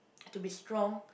to be strong